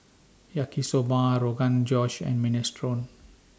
Yaki Soba Rogan Josh and Minestrone